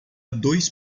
dois